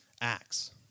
acts